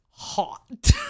hot